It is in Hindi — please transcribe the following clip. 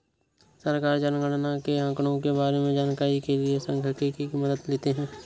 सरकार जनगणना के आंकड़ों के बारें में जानकारी के लिए सांख्यिकी की मदद लेते है